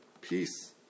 peace